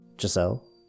Giselle